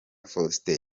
faustin